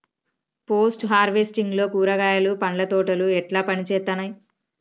Post harvesting లో కూరగాయలు పండ్ల తోటలు ఎట్లా పనిచేత్తనయ్?